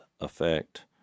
effect